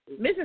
Mrs